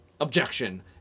objection